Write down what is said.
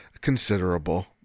considerable